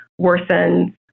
worsens